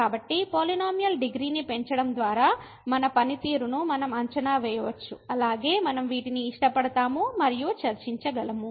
కాబట్టి పాలినోమియల్ డిగ్రీని పెంచడం ద్వారా మన పనితీరును మనం అంచనా వేయవచ్చు అలాగే మనం వీటిని ఇష్టపడతాము మరియు చర్చించగలము